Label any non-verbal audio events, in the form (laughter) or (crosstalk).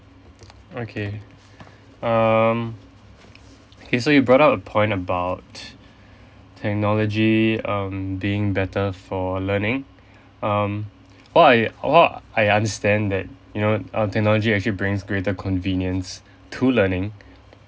okay um K so you brought up a point about technology um being better for learning (breath) um all I all I understand that you know uh technology actually bring greater convenience to learning